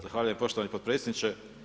Zahvaljujem poštovani potpredsjedniče.